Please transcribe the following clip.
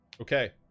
Okay